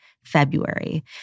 February